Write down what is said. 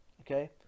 Okay